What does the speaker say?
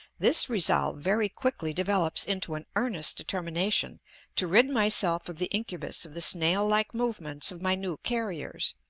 this resolve very quickly develops into an earnest determination to rid myself of the incubus of the snail-like movements of my new carriers,